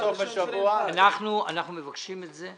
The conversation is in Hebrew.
סוף השבוע --- אנחנו מבקשים את זה.